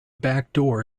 backdoor